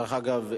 דרך אגב,